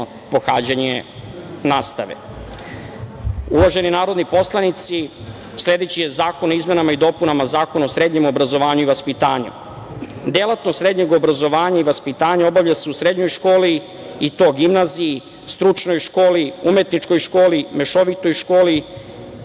pohađanje nastave. Uvaženi narodni poslanici, sledeći je Zakon o izmenama i dopunama Zakona o srednjem obrazovanju i vaspitanju. Delatnost srednjeg obrazovanja i vaspitanja obavlja se u srednjoj školi i to gimnaziji, stručnoj školi, umetničkoj školi, mešovitoj školi,